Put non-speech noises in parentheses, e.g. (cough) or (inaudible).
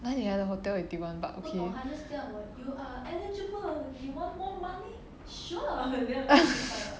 哪里来的 hotel eighty one but okay (laughs)